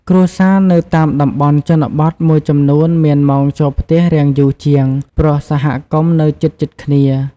គ្រួសារនៅតាមតំបន់ជនបទមួយចំនួនមានម៉ោងចូលផ្ទះរាងយូរជាង ព្រោះសហគមន៍នៅជិតៗគ្នា។